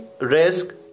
risk